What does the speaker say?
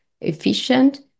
efficient